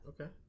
Okay